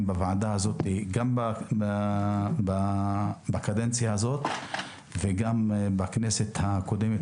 בוועדה הזאת גם בקדנציה הקודמת וגם בכנסת הקודמת,